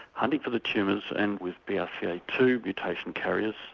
hunting for the tumours, and with b r c a two mutation carriers,